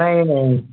نہیں نہیں